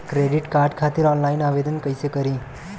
Credit card खातिर online आवेदन कइसे करि?